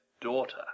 daughter